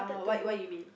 uh what what you mean